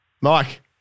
Mike